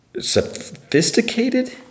sophisticated